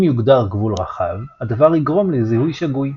אם יוגדר גבול רחב, הדבר יגרום לזיהוי שגוי.